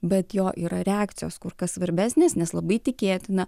bet jo yra reakcijos kur kas svarbesnės nes labai tikėtina